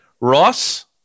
Ross